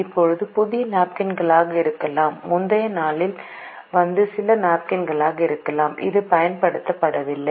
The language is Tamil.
இப்போது புதிய நாப்கின்களாக இருக்கலாம் முந்தைய நாளில் வந்து சில நாப்கின்களாக இருக்கலாம் அது பயன்படுத்தப்படவில்லை